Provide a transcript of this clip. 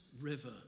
river